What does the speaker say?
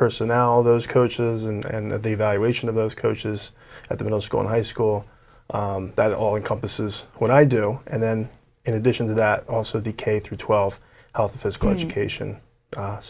personnel those coaches and the evaluation of those coaches at the middle school and high school that always compass is what i do and then in addition to that also the k through twelve health physical education